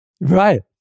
Right